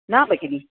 न भगिनि